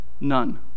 None